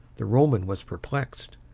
the roman was perplexed.